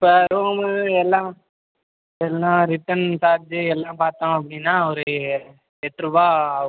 இப்போ ரூமு எல்லாம் வேனுன்னா ரிட்டன் சார்ஜ் எல்லாம் பார்த்தோம் அப்படின்னா ஒரு எட்டு ரூபா ஆவும் சார்